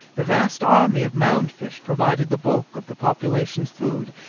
the vast army of mound-fish provided the bulk of the population's food,